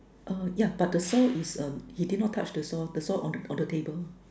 uh yeah but the saw is uh he did not touch the saw the saw on the on the table